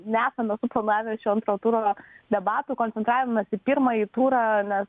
nesame suplanavę šio antro turo debatų koncentravimas į pirmąjį turą nes